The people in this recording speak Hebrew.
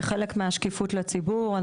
כחלק מהשקיפות לציבור,